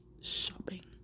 shopping